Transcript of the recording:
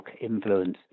influence